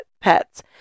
pets